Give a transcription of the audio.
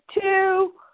two